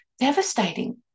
devastating